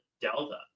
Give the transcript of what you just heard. Delta